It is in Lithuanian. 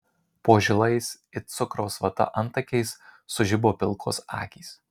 po žilais it cukraus vata antakiais sužibo pilkos akys